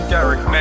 Derek